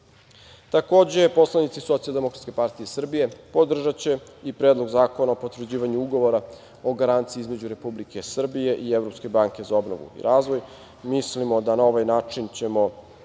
poslanici Socijaldemokratske partije Srbije podržaće i Predlog zakona o potvrđivanju Ugovora o garanciji između Republike Srbije i Evropske banke za obnovu i razvoj, jer mislimo da ćemo na ovaj način moći